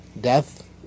death